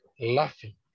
Laughing